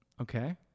okay